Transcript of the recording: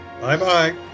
Bye-bye